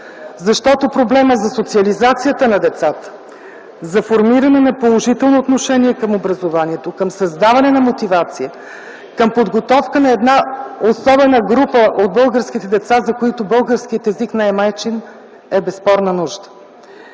защото проблемът за социализацията на децата, за формиране на положително отношение към образованието, към създаване на мотивация, към подготовка на една особена група от българските деца, за които българският език не е майчин, е безспорна нужда.